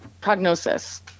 prognosis